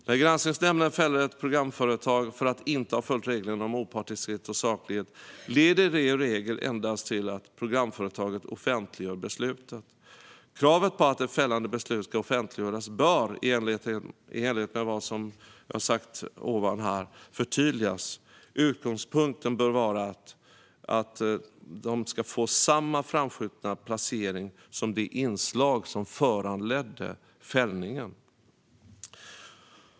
När Granskningsnämnden fäller ett programföretag för att inte ha följt reglerna om opartiskhet och saklighet leder det i regel endast till att programföretaget offentliggör beslutet. Kravet på att ett fällande beslut ska offentliggöras bör, i enlighet med vad som jag här har sagt, förtydligas. Utgångspunkten bör vara att det ska få samma framskjutna placering som det inslag som föranledde fällningen.